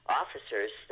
officers